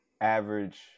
average